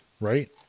right